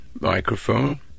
microphone